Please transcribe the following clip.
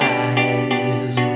eyes